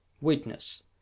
Witness